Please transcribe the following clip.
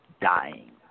dying